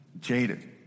jaded